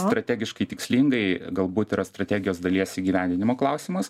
strategiškai tikslingai galbūt yra strategijos dalies įgyvendinimo klausimas